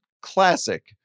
classic